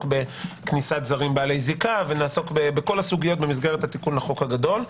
בכניסת זרים בעלי זיקה ונעסוק בכל הסוגיות במסגרת התיקון לחוק הגדול,